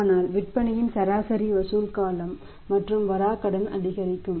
ஆனால் விற்பனையின் சராசரி வசூல் காலம் மற்றும் வராக்கடன் அதிகரிக்கும்